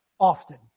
Often